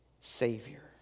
Savior